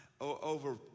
over